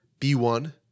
B1